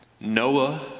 Noah